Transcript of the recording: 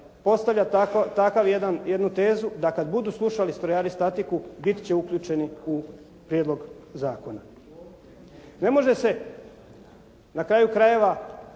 postavlja takvu jednu tezu da kada budu slušali strojari statiku biti će uključeni u prijedlog zakona. Ne može se na kraju krajeva